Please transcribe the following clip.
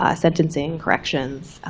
ah sentencing, corrections.